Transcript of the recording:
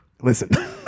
Listen